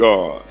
God